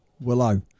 Willow